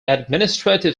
administrative